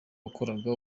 wakoraga